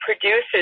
produces